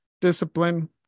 Discipline